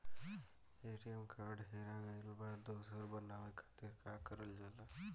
ATM card हेरा गइल पर दोसर बनवावे खातिर का करल जाला?